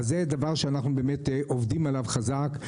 אז זה דבר שאנחנו עובדים עליו חזק.